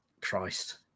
Christ